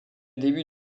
début